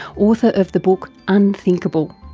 author of the book, unthinkable.